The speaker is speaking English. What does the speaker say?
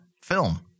film